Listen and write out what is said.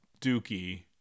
dookie